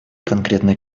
конкретные